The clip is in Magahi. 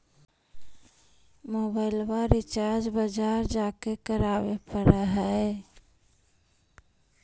मोबाइलवा रिचार्ज बजार जा के करावे पर है?